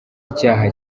icyaha